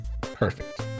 Perfect